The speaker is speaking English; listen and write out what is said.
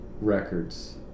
records